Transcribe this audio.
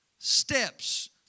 steps